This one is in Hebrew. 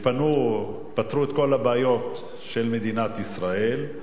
פתרו את כל הבעיות של מדינת ישראל,